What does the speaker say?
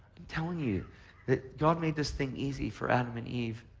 telling you that god made this thing easy for adam and eve